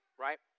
right